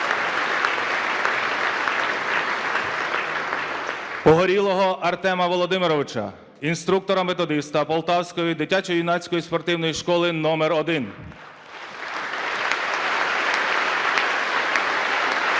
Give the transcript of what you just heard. Погорілого Артема Володимировича, інструктора-методиста Полтавської дитячо-юнацької спортивної школи №1 (Оплески)